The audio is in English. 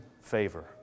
favor